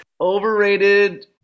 overrated